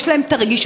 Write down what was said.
יש להם הרגישות,